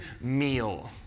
meal